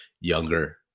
younger